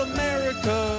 America